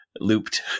looped